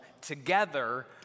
together